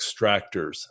extractors